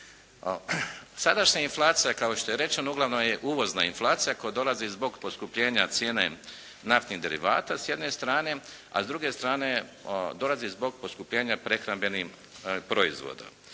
Sadašnja inflacija kao što je rečeno, uglavnom je uvozna inflacija koja dolazi zbog poskupljenja cijene naftnih derivata s jedne strane, a s druge strane dolazi zbog poskupljenja prehrambenih proizvoda.